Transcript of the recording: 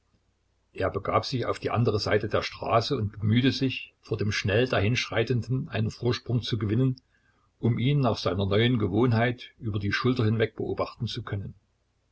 er begab sich auf die andere seite der straße und bemühte sich vor dem schnell dahinschreitenden einen vorsprung zu gewinnen um ihn nach seiner neuen gewohnheit über die schulter hinweg beobachten zu können